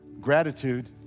Gratitude